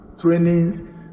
trainings